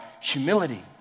humility